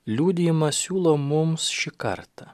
liudijimas siūlo mums šį kartą